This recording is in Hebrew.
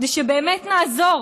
כדי שבאמת נעזור.